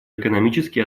экономические